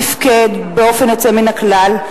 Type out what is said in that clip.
תפקד באופן יוצא מן הכלל,